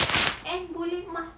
minimalist